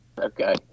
Okay